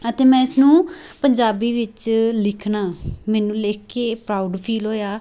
ਅਤੇ ਮੈਂ ਇਸ ਨੂੰ ਪੰਜਾਬੀ ਵਿੱਚ ਲਿਖਣਾ ਮੈਨੂੰ ਲਿਖ ਕੇ ਪਰਾਊਡ ਫੀਲ ਹੋਇਆ